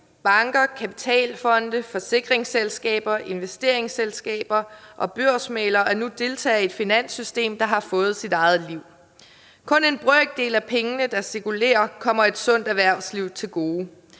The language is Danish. banker, kapitalfonde, forsikringsselskaber, investeringsselskaber og børsmæglere er nu deltagere i et finanssystem, der har fået sit eget liv. Kun en brøkdel af de penge, der cirkulerer, kommer et sundt erhvervsliv til gode.